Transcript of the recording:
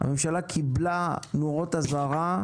הממשלה קיבלה נורות אזהרה,